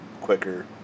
quicker